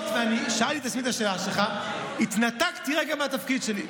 שאלתי את עצמי השאלה שלך והתנתקתי לרגע מהתפקיד שלי.